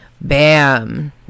bam